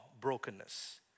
brokenness